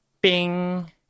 Bing